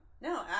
No